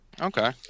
Okay